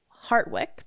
Hartwick